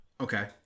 Okay